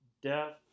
death